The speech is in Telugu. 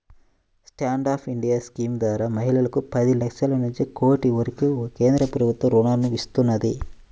స్టాండ్ అప్ ఇండియా స్కీమ్ ద్వారా మహిళలకు పది లక్షల నుంచి కోటి వరకు కేంద్ర ప్రభుత్వం రుణాలను ఇస్తున్నది